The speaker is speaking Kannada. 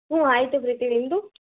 ಹ್ಞೂ ಆಯಿತು ಪ್ರೀತಿ ನಿಮ್ಮದು